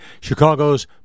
Chicago's